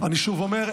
אני שוב אומר,